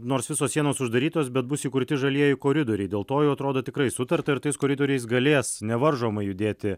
nors visos sienos uždarytos bet bus įkurti žalieji koridoriai dėl to jau atrodo tikrai sutarta ir tais koridoriais galės nevaržomai judėti